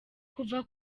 kuva